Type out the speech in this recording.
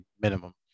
minimum